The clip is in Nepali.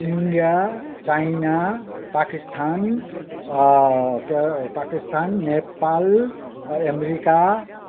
इन्डिया चाइना पाकिस्तान क्य पाकिस्तान नेपाल अमेरिका